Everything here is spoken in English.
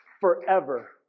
forever